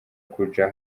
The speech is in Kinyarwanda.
kuja